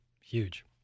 huge